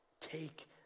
Take